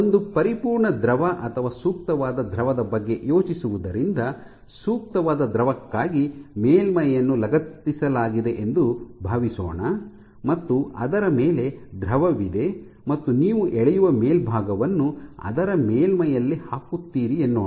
ಒಂದು ಪರಿಪೂರ್ಣ ದ್ರವ ಅಥವಾ ಸೂಕ್ತವಾದ ದ್ರವದ ಬಗ್ಗೆ ಯೋಚಿಸುವುದರಿಂದ ಸೂಕ್ತವಾದ ದ್ರವಕ್ಕಾಗಿ ಮೇಲ್ಮೈಯನ್ನು ಲಗತ್ತಿಸಲಾಗಿದೆ ಎಂದು ಭಾವಿಸೋಣ ಮತ್ತು ಅದರ ಮೇಲೆ ದ್ರವವಿದೆ ಮತ್ತು ನೀವು ಎಳೆಯುವ ಮೇಲ್ಭಾಗವನ್ನು ಅದರ ಮೇಲ್ಮಯಲ್ಲಿ ಹಾಕುತ್ತೀರಿ ಎನ್ನೋಣ